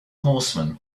horsemen